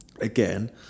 again